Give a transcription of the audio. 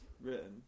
written